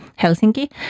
Helsinki